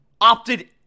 opted